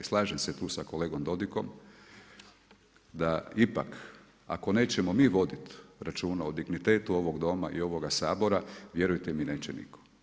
Slažem se tu sa kolegom Dodigom da ipak ako nećemo mi voditi računa o dignitetu ovoga Doma i ovoga Sabora, vjerujte mi neće nitko.